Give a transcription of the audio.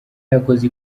yakoze